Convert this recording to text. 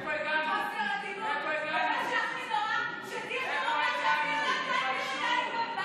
את מגנה את אלה שאמרו "משטר נאצי"?